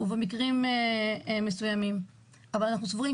ובמקרים מסוימים אבל אנחנו סבורים,